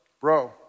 bro